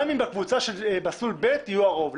גם אם במסלול ב' יהיו הרוב.